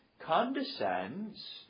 condescends